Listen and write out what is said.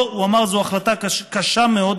לא, הוא אמר שזאת החלטה קשה מאוד.